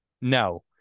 No